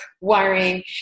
worrying